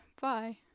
Bye